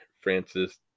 Francis